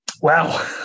Wow